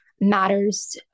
matters